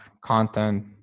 content